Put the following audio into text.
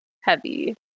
heavy